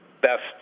best